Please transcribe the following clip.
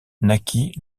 naquit